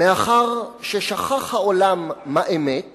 מאחר ששכח העולם מה אמת